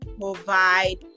provide